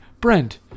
Brent